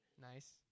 Nice